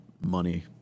money